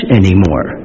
anymore